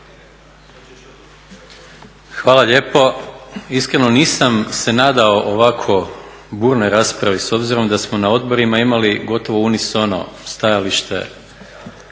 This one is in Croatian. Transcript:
Hvala lijepo. Iskreno nisam se nadao ovako burnoj raspravi s obzirom da smo na odborima imali gotovo unisono stajalište.